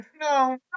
no